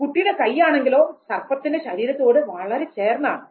കുട്ടിയുടെ കൈ ആണെങ്കിലോ സർപ്പത്തിന്റെ ശരീരത്തോട് വളരെ ചേർന്നാണ്